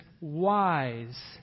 wise